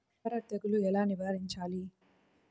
బొబ్బర తెగులు ఎలా నివారించాలి?